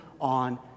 on